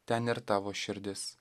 ten ir tavo širdis